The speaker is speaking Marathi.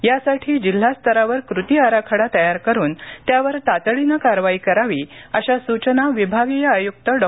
यासाठी जिल्हास्तरावर कृती अराखडा तयार करून त्यावर तातडीनं कारवाई करावी अशा सूचना विभागीय आयुक्त डॉ